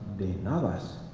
de nabas,